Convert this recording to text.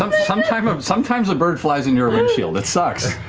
um sometimes sometimes a bird flies in your windshield. it sucks.